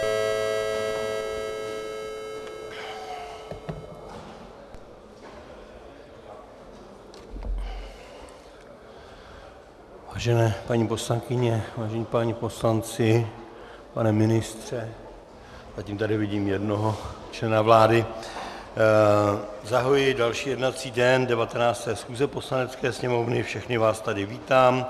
Vážené paní poslankyně, vážení páni poslanci, pane ministře, zatím tady vidím jednoho člena vlády, zahajuji další jednací den 19. schůze Poslanecké sněmovny, všechny vás tady vítám.